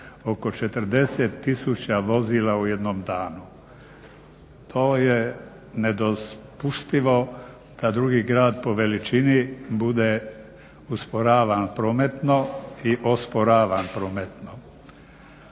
oko 40 tisuća vozila u jednom danu. To je nedopustivo da drugi grad po veličini bude usporavan prometno i osporavan prometno.